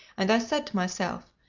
and i said to myself,